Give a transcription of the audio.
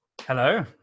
Hello